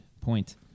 point